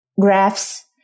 graphs